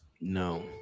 No